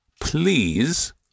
Please